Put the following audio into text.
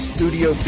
Studio